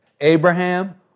Abraham